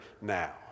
now